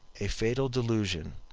a fatal delusion,